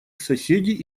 соседи